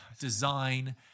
design